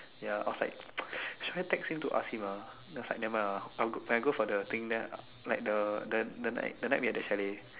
ya I was like should I text him to ask him ah then I was like never mind lah when I go for the thing like the the the night we had the chalet